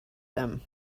them